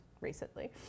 recently